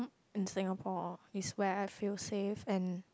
and Singapore is where I feel safe and